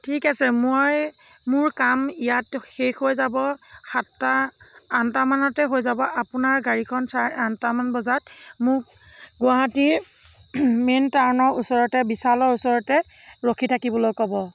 ঠিক আছে মই মোৰ কাম ইয়াত শেষ হৈ যাব সাতটা আঠটা মানতে হৈ যাব আপোনাৰ গাড়ীখন চাৰে আঠটা মান বজাত মোক গুৱাহাটী মেইন টাউনৰ ওচৰতে বিশালৰ ওচৰতে ৰখি থাকিবলৈ ক'ব